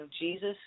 Jesus